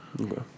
okay